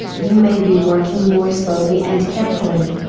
you may be working more slowly and carefully,